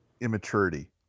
immaturity